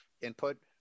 input